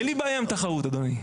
אין לי בעיה עם תחרות אדוני.